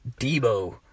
Debo